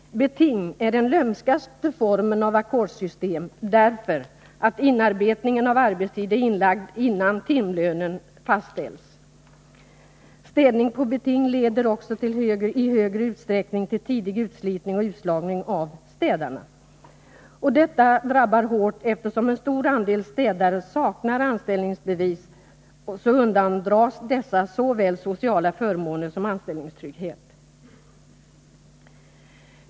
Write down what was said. Beting är den lömskaste formen av ackordssystem, därför att inarbetningen av arbetstid är inlagd innan timlönen fastställs. Städning på beting leder också i större utsträckning tilltidig utslitning och utslagning av städare. Detta drabbar hårt. Eftersom en stor andel städare saknar anställningsbevis, så undandras dessa såväl sociala förmåner som anställningstrygghet.